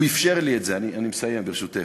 הוא אפשר לי את זה, אני מסיים, ברשותך.